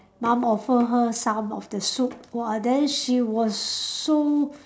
mum offer her some of the soup !wah! then she was so